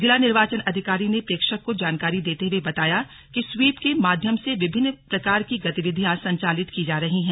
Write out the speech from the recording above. जिला निर्वाचन अधिकारी ने प्रेक्षक को जानकारी देते हुए बताया कि स्वीप के माध्यम से विभिन्न प्रकार की गतिविधियां संचालित की जा रही है